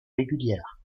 régulières